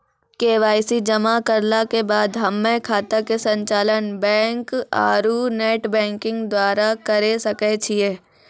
KYC जमा करला के बाद हम्मय खाता के संचालन बैक आरू नेटबैंकिंग द्वारा करे सकय छियै?